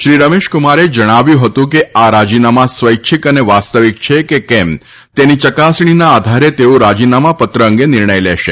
શ્રી રમેશકુમારે જણાવ્યું હતું કે આ રાજીનામાં સ્વૈૈૈ ચ્છક અને વાસ્તવીક છે કે કેમ તેની ચકાસણીના આધારે તેઓ રાજીનામા પત્ર અંગે નિર્ણય લેશે